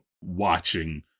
watching